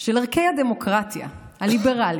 של ערכי הדמוקרטיה הליברלית,